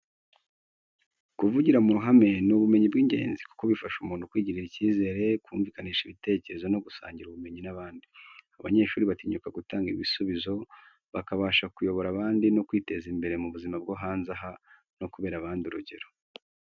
Kuvugira mu ruhame ni ubumenyi bw’ingenzi, kuko bifasha umuntu kwigirira icyizere, kumvikanisha ibitekerezo no gusangira ubumenyi n’abandi. Abanyeshuri batinyuka gutanga ibisubizo, bakabasha kuyobora abandi no kwiteza imbere mu buzima bwo hanze aha no kubera abandi urugero.